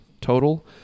total